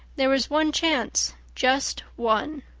there was one chance just one.